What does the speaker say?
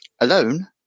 Alone